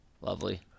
lovely